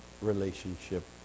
relationship